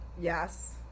Yes